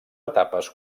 etapes